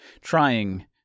trying